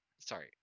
sorry